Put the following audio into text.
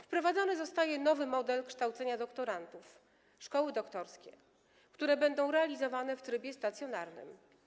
Wprowadzony zostaje nowy model kształcenia doktorantów - szkoły doktorskie, które będą realizowane w trybie stacjonarnym.